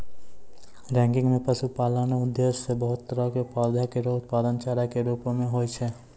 ranking म पशुपालन उद्देश्य सें बहुत तरह क पौधा केरो उत्पादन चारा कॅ रूपो म होय छै